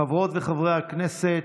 חברות וחברי הכנסת,